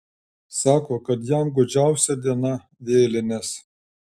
sako kad jam gūdžiausia diena vėlinės